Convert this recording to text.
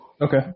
Okay